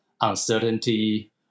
uncertainty